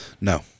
No